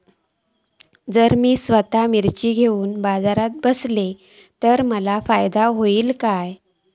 जर मी स्वतः मिर्ची घेवून बाजारात बसलय तर माका फायदो होयत काय?